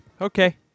okay